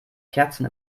kerzen